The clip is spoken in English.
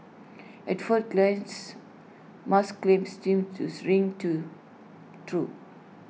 at first glance Musk's claims seems tooth ring to true